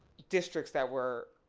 districts that were,